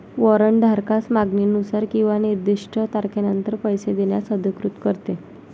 warrant धारकास मागणीनुसार किंवा निर्दिष्ट तारखेनंतर पैसे देण्यास अधिकृत करते